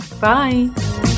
Bye